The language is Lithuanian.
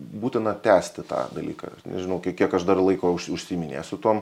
būtina tęsti tą dalyką aš nežinau kiek aš dar laiko užsiiminėsiu tuom